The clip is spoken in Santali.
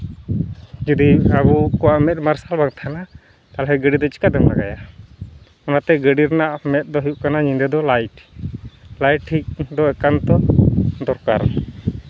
ᱡᱚᱫᱤ ᱟᱵᱚ ᱠᱚᱣᱟᱜ ᱢᱮᱫ ᱢᱟᱨᱥᱟᱞ ᱵᱟᱝ ᱛᱟᱦᱮᱱᱟ ᱛᱟᱦᱚᱞᱮ ᱜᱟᱹᱰᱤ ᱫᱚ ᱪᱤᱠᱟᱛᱮᱢ ᱞᱟᱜᱟᱭᱟ ᱚᱱᱟᱛᱮ ᱜᱟᱹᱰᱤ ᱨᱮᱱᱟᱜ ᱢᱮᱫ ᱫᱚ ᱦᱩᱭᱩᱜ ᱠᱟᱱᱟ ᱧᱤᱫᱟᱹ ᱫᱚ ᱞᱟᱭᱤᱴ ᱞᱟᱭᱤᱴ ᱴᱷᱤᱠ ᱫᱚ ᱮᱠᱟᱱᱛᱚ ᱫᱚᱨᱠᱟᱨ